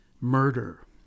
Murder